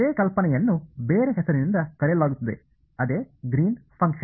ಅದೇ ಕಲ್ಪನೆಯನ್ನು ಬೇರೆ ಹೆಸರಿನಿಂದ ಕರೆಯಲಾಗುತ್ತಿದೆ ಅದೇ ಗ್ರೀನ್ಸ್ ಫಂಕ್ಷನ್